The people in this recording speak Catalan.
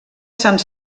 sant